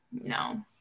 No